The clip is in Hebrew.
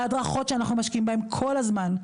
ההדרכות שאנחנו משקיעים בהם כל הזמן,